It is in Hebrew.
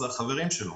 החברים שלו.